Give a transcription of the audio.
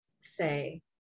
say